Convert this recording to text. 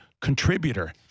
contributor